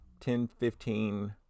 10.15